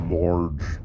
large